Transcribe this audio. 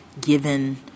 given